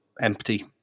empty